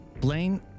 Blaine